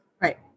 Right